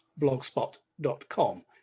blogspot.com